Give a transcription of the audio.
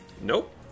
Nope